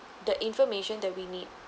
the information that we need